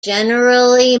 generally